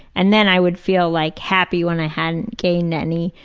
and then i would feel like happy when i hadn't gained any.